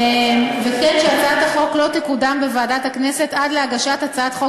אבקש שהצעת החוק לא תקודם בוועדת הכנסת עד להגשת הצעת חוק